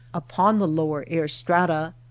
upon the lower air-strata,